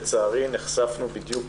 לצערי נחשפנו בדיוק